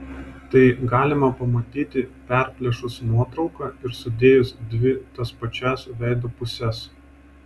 tai galima pamatyti perplėšus nuotrauką ir sudėjus dvi tas pačias veido puses